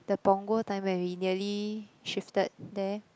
the Punggol time where we nearly shifted there